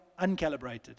uncalibrated